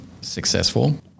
successful